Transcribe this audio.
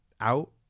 out